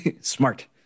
Smart